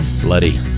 bloody